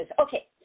Okay